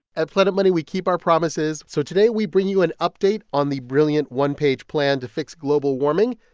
at planet money, we keep our promises. so today we bring you an update on the brilliant one-page plan to fix global warming.